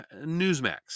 newsmax